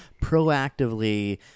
proactively